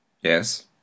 Yes